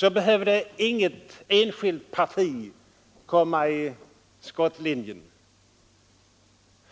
Då behövde inget enskilt parti komma i skottlinjen,